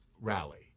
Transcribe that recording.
rally